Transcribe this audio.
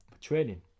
training